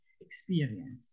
experience